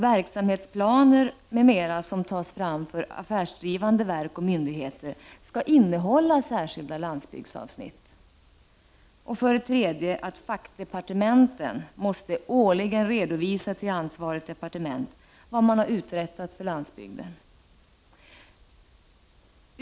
Verksamhetsplaner m.m. som tas fram av affärsdrivade verk och myndigheter skall innehålla särskilda landsbygdsavsnitt. 3. Fackdepartementen måste årligen redovisa till ansvarigt departement vad man har uträttat för landsbygden.